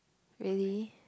really